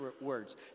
words